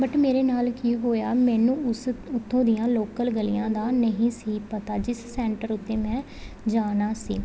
but ਮੇਰੇ ਨਾਲ ਕੀ ਹੋਇਆ ਮੈਨੂੰ ਉਸ ਉਥੋਂ ਦੀਆਂ ਲੋਕਲ ਗਲੀਆਂ ਦਾ ਨਹੀਂ ਸੀ ਪਤਾ ਜਿਸ ਸੈਂਟਰ ਉੱਤੇ ਮੈਂ ਜਾਣਾ ਸੀ